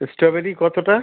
strawberry কতোটা